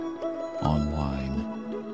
online